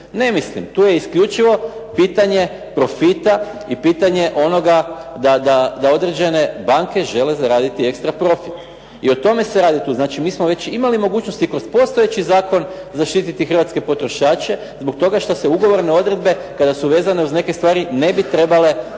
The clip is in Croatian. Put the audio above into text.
Ne mislim, tu je isključivo pitanje profita i pitanje onoga da određene banke žele zaraditi ekstra profit, i o tome se radi tu. Znači, mi smo već imali mogućnosti kroz postojeći zakon zaštititi hrvatske potrošače zbog toga što se ugovorne odredbe kada su vezane uz neke stvari ne bi trebale olako